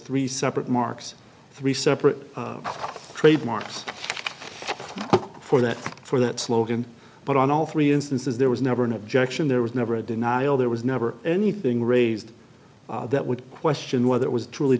three separate marks three separate trademarks for that for that slogan but on all three instances there was never an objection there was never a denial there was never anything raised that would question whether it was truly